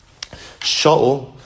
Shaul